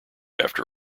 after